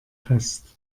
fest